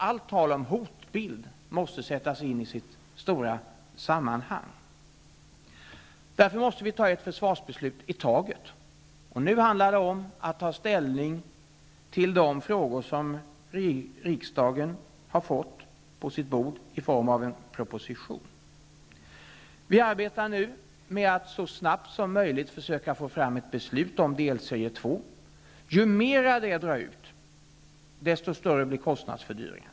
Allt tal om hotbilder måste sättas in i sitt stora sammanhang. Därför måste vi ta ett försvarsbeslut i taget. Nu handlar det om att ta ställning till de frågor som riksdagen har fått på sitt bord i form av en proposition. Vi arbetar nu med att så snabbt som möjligt försöka få fram ett beslut om delserie 2. Ju mer det drar ut i tiden, desto större blir kostnadsfördyringen.